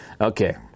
Okay